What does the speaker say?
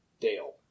Dale